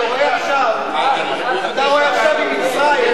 אתה רואה עכשיו עם מצרים.